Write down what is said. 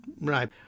Right